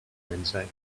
wednesday